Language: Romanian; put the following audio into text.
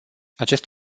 acest